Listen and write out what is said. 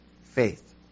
faith